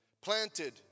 planted